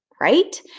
right